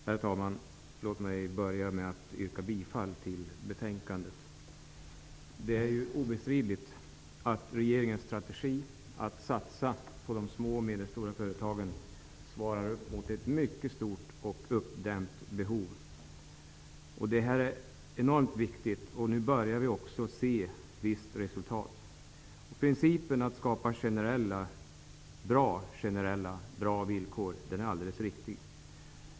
Herr talman! Låt mig börja med att yrka bifall till utskottets hemställan. Det är obestridligt att regeringens strategi att satsa på de små och medelstora företagen svarar upp mot ett mycket stort och uppdämt behov. Det är enormt viktigt. Vi börjar också se visst resultat. Principen att skapa bra generella villkor är alldeles riktig.